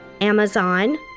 Amazon